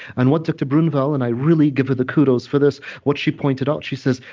and what dr. bruinvels, and i really give her the kudos for this, what she pointed out, she says,